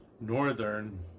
Northern